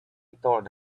told